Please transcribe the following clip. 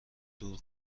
دور